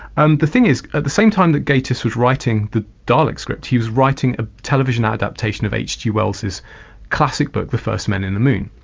and the thing is at the same time that gatiss was writing the dalek scripts, he's writing a television adaptation of hg wells' classic book, the first men in the moon,